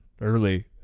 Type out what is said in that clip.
early